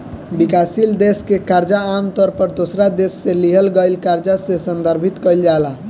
विकासशील देश के कर्जा आमतौर पर दोसरा देश से लिहल गईल कर्जा से संदर्भित कईल जाला